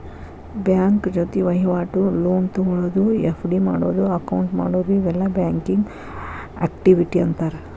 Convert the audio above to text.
bank ಜೊತಿ ವಹಿವಾಟು, loan ತೊಗೊಳೋದು, ಎಫ್.ಡಿ ಮಾಡಿಡೊದು, ಅಕೌಂಟ್ ಮಾಡೊದು ಇವೆಲ್ಲಾ ಬ್ಯಾಂಕಿಂಗ್ ಆಕ್ಟಿವಿಟಿ ಅಂತಾರ